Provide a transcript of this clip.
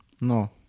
No